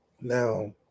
Now